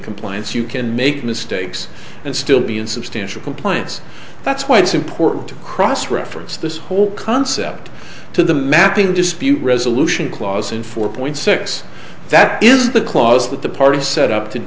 compliance you can make mistakes and still be in substantial compliance that's why it's important to cross reference this whole concept to the mapping dispute resolution clause and four point six that is the clause that the parties set up to